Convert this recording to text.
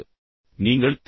இப்போது நீங்கள் திரு